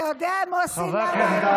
חברי הכנסת,